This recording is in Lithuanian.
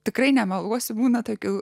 tikrai nemeluosiu būna tokių